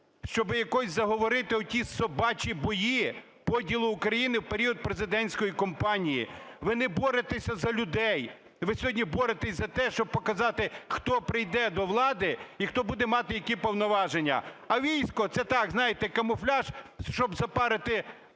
щоби якось заговорити оті "собачі бої" поділу України в період президентської кампанії. Ви не боретеся за людей, ви сьогодні боретеся за те, щоб показати, хто прийде до влади і хто буде мати які повноваження, а військо – це так, знаєте, камуфляж, щоб запарити